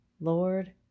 Lord